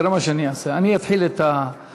תראה מה אני אעשה: אני אתחיל את החוקים,